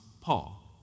Paul